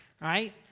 Right